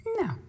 No